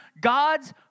God's